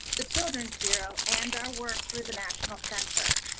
the children's bureau, and our work through the national center.